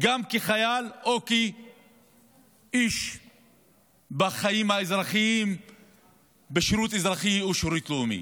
כחייל או כאיש בחיים האזרחיים בשירות אזרחי או שירות לאומי.